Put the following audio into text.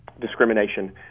discrimination